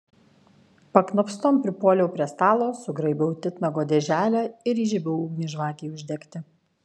paknopstom pripuoliau prie stalo sugraibiau titnago dėželę ir įžiebiau ugnį žvakei uždegti